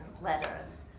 letters